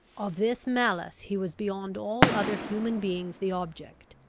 of this malice he was beyond all other human beings the object.